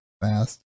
fast